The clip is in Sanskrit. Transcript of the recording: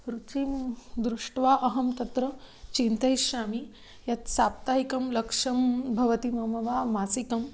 रुचिं दृष्ट्वा अहं तत्र चिन्तयिष्यामि यत् साप्ताहिकं लक्ष्यं भवति मम वा मासिकम्